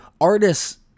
artists